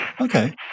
Okay